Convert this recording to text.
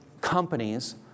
companies